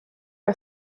are